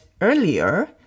earlier